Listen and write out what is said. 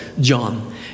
John